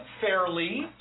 fairly